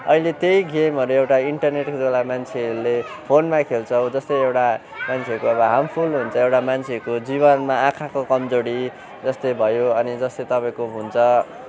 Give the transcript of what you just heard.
अहिले त्यही गेमहरू एउटा इन्टरनेटको द्वारा मान्छेहरूले फोनमै खेल्छ जस्तो एउटा मान्छेहरूको अब हार्मफुल हुन्छ एउटा मान्छेको जीवनमा आँखाको कमजोरी जस्तै भयो अनि जस्तै तपाईँको हुन्छ